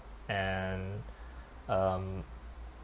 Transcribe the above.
and um